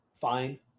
fine